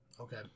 Okay